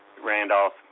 Randolph